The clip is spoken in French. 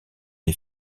des